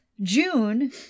june